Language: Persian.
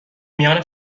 میان